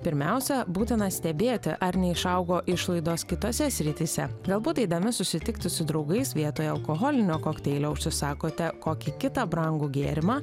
pirmiausia būtina stebėti ar neišaugo išlaidos kitose srityse galbūt eidami susitikti su draugais vietoj alkoholinio kokteilio užsisakote kokį kitą brangų gėrimą